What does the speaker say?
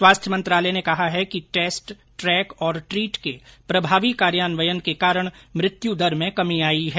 स्वास्थ्य मंत्रालय ने कहा कि टेस्ट ट्रैक और ट्रीट के प्रभावी कार्यान्वयन के कारण मृत्यु दर में कमी आई है